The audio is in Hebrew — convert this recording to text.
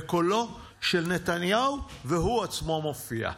בקולו של נתניהו, והוא עצמו מופיע.